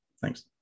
Thanks